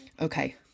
Okay